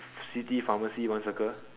city pharmacy one circle